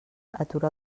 atura